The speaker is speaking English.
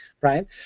right